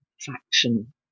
faction